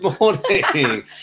morning